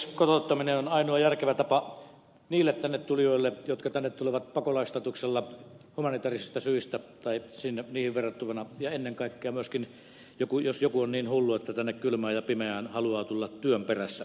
kotouttaminen on ainoa järkevä tapa niille tänne tulijoille jotka tänne tulevat pakolaisstatuksella humanitaarisista tai niihin verrattavista syistä ja ennen kaikkea myöskin niille jotka tulevat työn perässä jos joku on niin hullu että tänne kylmään ja pimeään haluaa tulla työn perässä tervetuloa